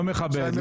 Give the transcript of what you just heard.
לא מכבד, לא מכבד.